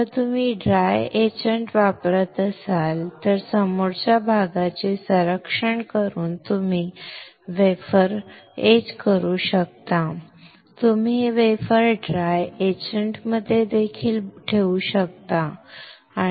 जर तुम्ही dry etchant वापरत असाल तर समोरच्या भागाचे संरक्षण करून तुम्ही वेफर कोरू शकता तुम्ही हे वेफर ड्राय एचंट मध्ये देखील ठेवू शकता